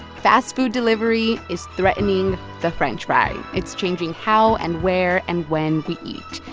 fast-food delivery is threatening the french fry. it's changing how and where and when we eat.